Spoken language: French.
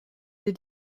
les